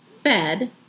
fed